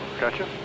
gotcha